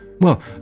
Well